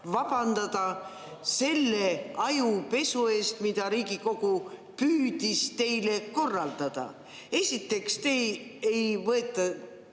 vabandada selle ajupesu eest, mida Riigikogu on püüdnud teile korraldada. Esiteks teid ei võeta